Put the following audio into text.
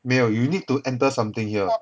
没有 you need to enter something here